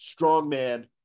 strongman